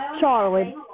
Charlie